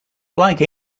like